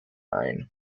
ein